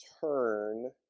turn